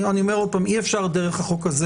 אני אומר שוב שאי אפשר דרך החוק הזה